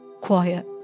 quiet